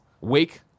Wake